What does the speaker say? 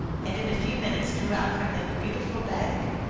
and in a few minutes drew out from them a beautiful bag.